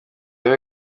biba